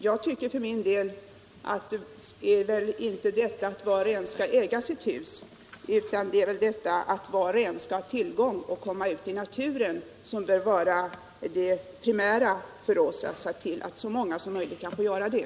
Jag tycker för min del att det primära är, inte att var och en äger sitt fritidshus utan att så många som möjligt får möjligheter att komma ut i naturen.